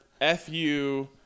F-U